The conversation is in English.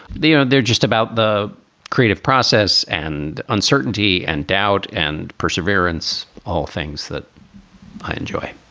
they are. they're just about the creative process and uncertainty and doubt and perseverance, all things that i enjoy